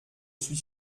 suis